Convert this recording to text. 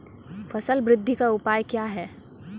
फसल बृद्धि का उपाय क्या हैं?